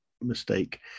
mistake